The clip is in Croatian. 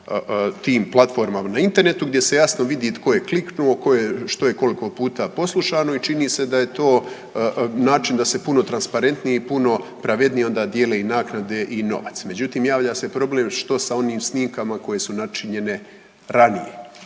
tim platformama na Internetu gdje se jasno vidi tko je kliknuo, što je tko koliko puta poslušano i čini se da je to način da se puno transparentnije i puno pravednije onda dijele i naknade i novac. Međutim, javlja se problem što sa onim snimkama koje su načinjene ranije.